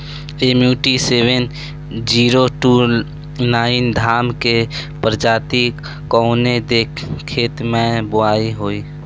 MUT seven zero two nine धान के प्रजाति कवने खेत मै बोआई होई?